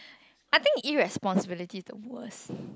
I think irresponsibility the worst